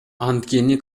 анткени